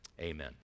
Amen